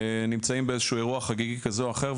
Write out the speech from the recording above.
נמצאים באיזשהו אירוע חגיגי כזה או אחר,